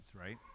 right